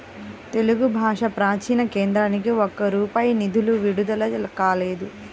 తెలుగు భాషా ప్రాచీన కేంద్రానికి ఒక్క రూపాయి నిధులు విడుదల కాలేదు